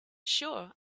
sure